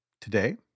Today